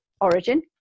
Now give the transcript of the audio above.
origin